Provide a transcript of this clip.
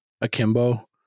akimbo